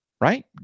right